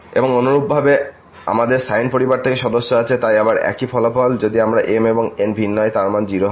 এবং অনুরূপভাবে আমাদের সাইন পরিবার থেকে সদস্য আছে তাই আবার একই ফলাফল যদি m এবং n ভিন্ন হয় মান 0 হয়